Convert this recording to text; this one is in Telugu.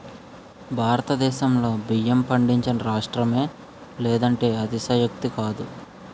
భారతదేశంలో బియ్యం పండించని రాష్ట్రమే లేదంటే అతిశయోక్తి కాదు